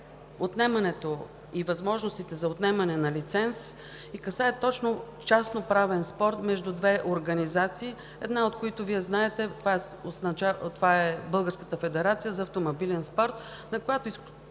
отнемането и възможностите за отнемане на лицензии и касае точно частно-правен спор между две организации, една от които, Вие знаете, е Българската федерация за автомобилен спорт, на която абсолютно